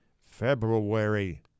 February